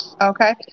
Okay